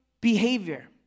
behavior